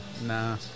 Nah